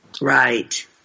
Right